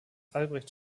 albrecht